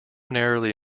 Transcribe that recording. narrowly